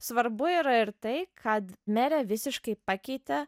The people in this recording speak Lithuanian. svarbu yra ir tai kad merė visiškai pakeitė